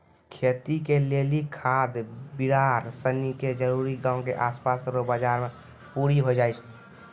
खेती के लेली खाद बिड़ार सनी के जरूरी गांव के आसपास रो बाजार से पूरी होइ जाय छै